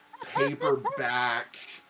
paperback